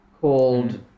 called